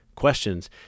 Questions